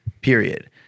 period